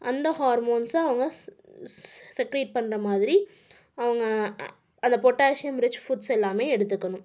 அந்த ஹார்மோன்ஸை அவங்க செக்ரேட் பண்ணுற மாதிரி அவங்க அந்த பொட்டாசியம் ரிச் ஃபுட்ஸ் எல்லாம் எடுத்துக்கணும்